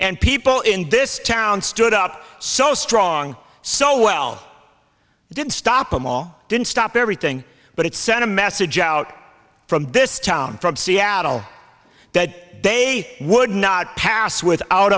and people in this town stood up so strong so well didn't stop them all didn't stop everything but it sent a message out from this town from seattle that they would not pass without